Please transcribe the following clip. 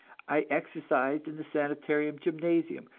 i exercised in the sanitarium gymnasium,